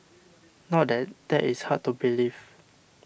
not that that is hard to believe